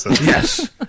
Yes